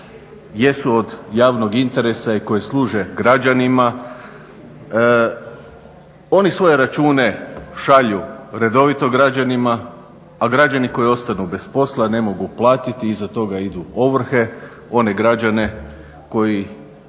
jesu od javnog interesa i koja služe građanima. Oni svoje račune šalju redovito građanima, a građani koji ostanu bez posla ne mogu platiti, iza toga idu ovrhe, one građane koji